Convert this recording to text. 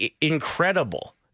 incredible